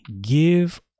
give